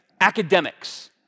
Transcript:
academics